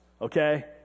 okay